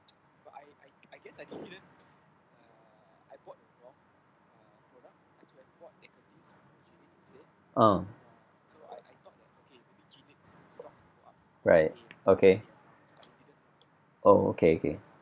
ah right okay oh okay okay